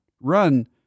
run